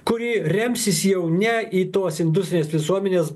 kuri remsis jau ne į tuos industrinės visuomenės